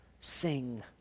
sing